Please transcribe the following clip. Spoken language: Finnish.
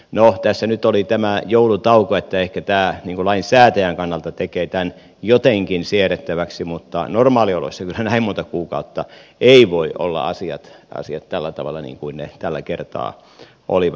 no tässä nyt oli tämä joulutauko että ehkä tämä lainsäätäjän kannalta tekee tämän jotenkin siedettäväksi mutta normaalioloissa kyllä näin monta kuukautta eivät voi olla asiat tällä tavalla kuin ne tällä kertaa olivat